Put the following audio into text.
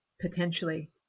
potentially